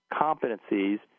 competencies